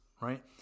right